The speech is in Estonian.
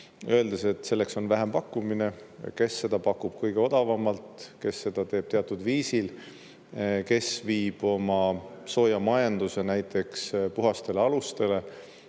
öeldes, et selleks on vähempakkumine. Kes seda pakub kõige odavamalt, kes seda teeb teatud viisil, kes viib oma soojamajanduse näiteks puhastele alustele,